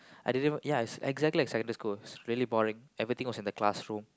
I didn't even yes it's exactly like secondary school it's really boring everything was in the classroom